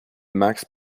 max